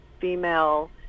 female